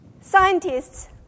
scientists